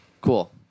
Cool